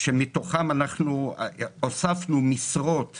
מתוכם אנחנו הוספנו משרות ב-4.17,